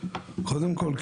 קודם כל,